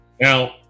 now